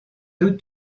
deux